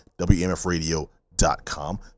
wmfradio.com